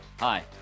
Hi